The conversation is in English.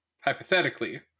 hypothetically